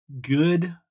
good